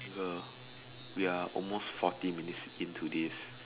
uh we are almost forty minutes into this